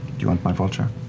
you want my vulture?